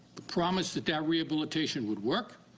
the promise that that rehabilitation would work,